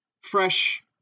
fresh